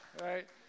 Right